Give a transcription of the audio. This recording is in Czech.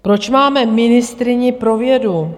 Proč máme ministryni pro vědu?